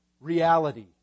reality